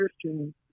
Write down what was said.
Christian